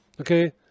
Okay